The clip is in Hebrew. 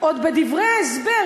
עוד בדברי ההסבר,